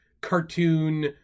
cartoon